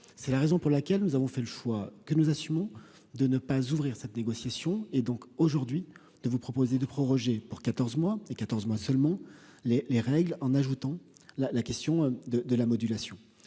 c'est la raison pour laquelle nous avons fait le choix que nous assumons, de ne pas ouvrir cette négociation et donc aujourd'hui de vous proposer de proroger pour 14 mois et 14 mois seulement les les règles en ajoutant la la question de de la modulation